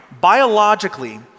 biologically